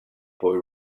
boy